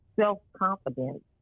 self-confidence